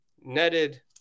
netted